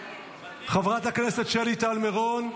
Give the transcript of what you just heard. חברת הכנסת שלי טל מירון,